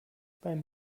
beim